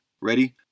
Ready